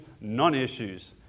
non-issues